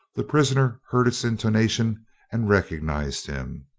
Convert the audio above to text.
the prisoner heard its intonation and recognized him.